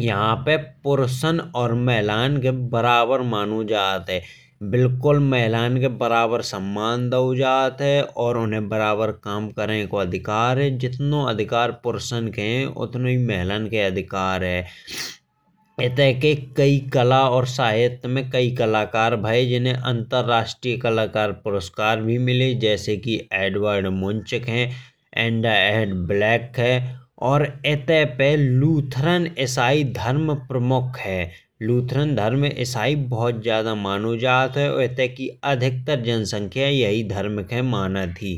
यहाँ पे पुरसों और महिलाओं के बराबर मानो जात है बिल्कुल महिलाओं के बराबर सम्मान दाओ जात है। और उन्हें बराबर काम करने को अधिकार दाओ जात है। जितनो अधिकार पुरसों के है उतनो महिलाओं के है। इत्ते के कला और साहित्य पे कई कलाकार भाये जी ने अंतरराष्ट्रीय कलाकार पुरस्कार भी मिली। जैसे की एडवर्ड मिन्च्ह के ऍंडऍंडब्लैक के। और इत्ती पे लूथरन इसाई धर्म प्रमुख है। लूथरन इसाई धर्म बहुत ज्यादा मानो जात है। और इत्ते पे अधिकांश जनसंख्या यही धर्म मानत है।